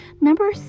Number